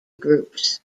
groups